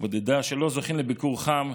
שלא זוכים לביקור חם,